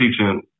teaching